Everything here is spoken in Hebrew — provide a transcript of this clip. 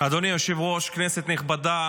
אדוני היושב-ראש, כנסת נכבדה,